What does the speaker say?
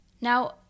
Now